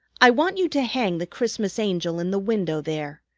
i want you to hang the christmas angel in the window there.